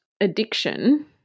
addiction